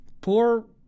Poor